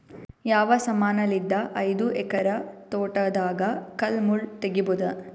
ಯಾವ ಸಮಾನಲಿದ್ದ ಐದು ಎಕರ ತೋಟದಾಗ ಕಲ್ ಮುಳ್ ತಗಿಬೊದ?